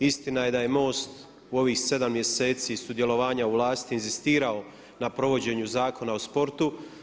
Istina je da je MOST u ovih 7 mjeseci sudjelovanja u vlasti inzistirao na provođenju Zakona o sportu.